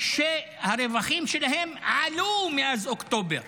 שהרווחים שלהן עלו מאז אוקטובר,